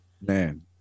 man